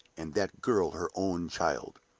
and that girl her own child!